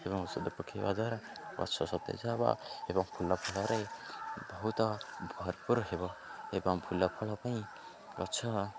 ଏବଂ ଔଷଧ ପକେଇବା ଦ୍ୱାରା ଗଛ ସତେଜ ହବ ଏବଂ ଫୁଲ ଫଳରେ ବହୁତ ଭରପୁର ହେବ ଏବଂ ଫୁଲ ଫଳ ପାଇଁ ଗଛ